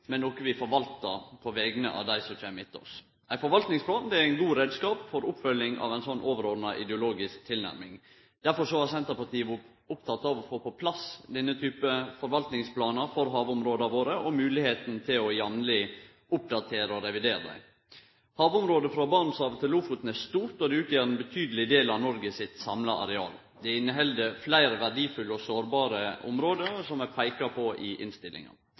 men noko vi forvaltar på vegner av dei som kjem etter oss. Ein forvaltningsplan er ein god reiskap for oppfølging av ei sånn overordna ideologisk tilnærming. Derfor har Senterpartiet vore oppteke av å få på plass denne type forvaltningsplanar for havområda våre og av moglegheita for jamleg å oppdatere og revidere dei. Havområdet frå Barentshavet til Lofoten er stort og utgjer ein betydeleg del av Noreg sitt samla areal. Det inneheld fleire verdifulle og sårbare område, som det er peika på i innstillinga.